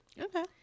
okay